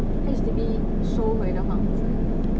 H_D_B 收回的房子